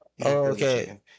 Okay